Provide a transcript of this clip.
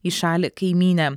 į šalį kaimynę